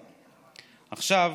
עכשיו,